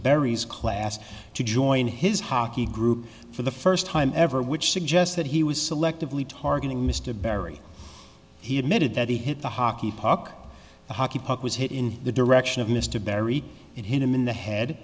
barry's class to join his hockey group for the first time ever which suggests that he was selectively targeting mr berry he admitted that he hit a hockey puck hockey puck was hit in the direction of mr barry and hit him in the head